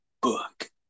book